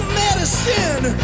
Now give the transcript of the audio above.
medicine